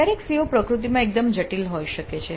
ક્યારેક CO પ્રકૃતિમાં એકદમ જટિલ હોઈ શકે છે